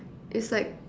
it's like